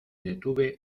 detuve